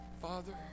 father